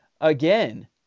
again